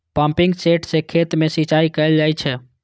pumping set सं खेत मे सिंचाई कैल जाइ छै